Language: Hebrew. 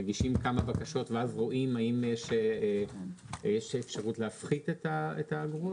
מגישים כמה בקשות ואז רואים האם יש אפשרות להפחית את האגרות?